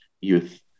youth